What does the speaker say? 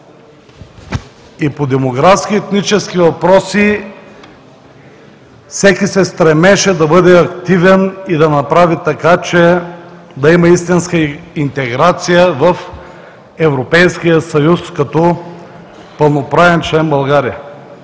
и по демографски, и етнически въпроси, всеки се стремеше да бъде активен и да направи така, че да има истинска интеграция в Европейския съюз като пълноправен член България.